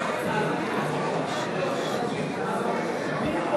מייד בתום ספירת הקולות אנחנו עוברים להצבעות.